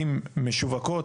האם משווקות,